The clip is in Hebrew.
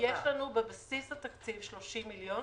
יש לנו בבסיס התקציב 30 מיליון,